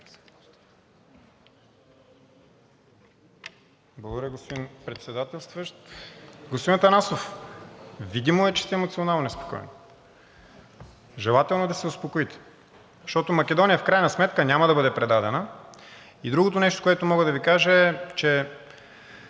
Благодаря, господин Председателстващ. Господин Атанасов, видимо е, че сте емоционално неспокоен. Желателно е да се успокоите, защото Македония в крайна сметка няма да бъде предадена. Другото нещо, което мога да Ви кажа, е, че